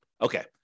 Okay